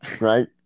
right